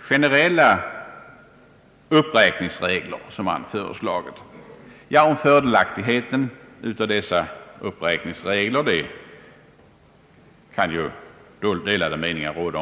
generella uppräkningsregler som han föreslagit. Om fördelaktigheten av dessa uppräkningsregler kan ju delade meningar råda.